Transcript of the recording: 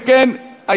אם כן,